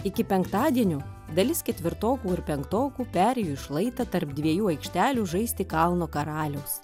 iki penktadienio dalis ketvirtokų ir penktokų perėjo į šlaitą tarp dviejų aikštelių žaisti kalno karaliaus